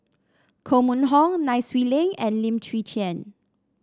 Koh Mun Hong Nai Swee Leng and Lim Chwee Chian